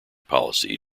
policy